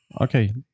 okay